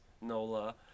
Nola